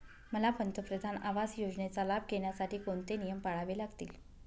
मला पंतप्रधान आवास योजनेचा लाभ घेण्यासाठी कोणते नियम पाळावे लागतील?